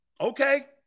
Okay